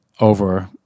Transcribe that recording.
over